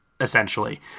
Essentially